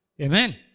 amen